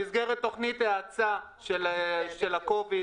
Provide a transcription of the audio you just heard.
במסגרת תוכנית האצה של הקוביד,